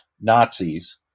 Nazis